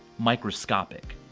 microscopic.